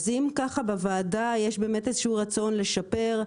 אז אם בוועדה יש איזשהו רצון לשפר,